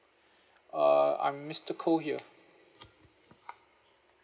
uh I'm mister koh here